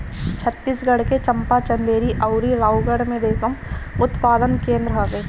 छतीसगढ़ के चंपा, चंदेरी अउरी रायगढ़ में रेशम उत्पादन केंद्र हवे